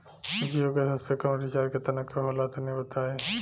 जीओ के सबसे कम रिचार्ज केतना के होला तनि बताई?